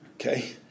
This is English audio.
Okay